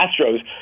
astros